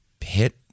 hit